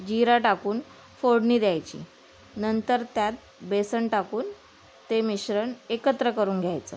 जिरा टाकून फोडणी द्यायची नंतर त्यात बेसन टाकून ते मिश्रण एकत्र करून घ्यायचं